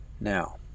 now